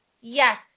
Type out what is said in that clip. Yes